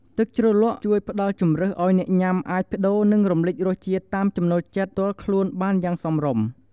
ទឹកជ្រលក់ជួយផ្តល់ជម្រើសឲ្យអ្នកញ៉ាំអាចប្ដូរ និងរំលេចរសជាតិតាមចំណូលចិត្តផ្ទាល់ខ្លួនបានយ៉ាងសមរម្យ។